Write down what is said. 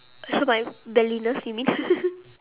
show my belliness you mean